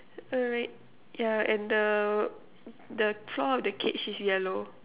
alright yeah and the the floor of the cage is yellow